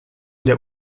der